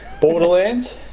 Borderlands